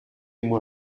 moi